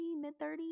mid-30s